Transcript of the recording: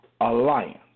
alliance